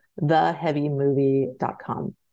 theheavymovie.com